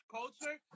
culture